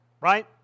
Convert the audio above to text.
Right